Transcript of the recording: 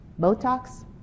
Botox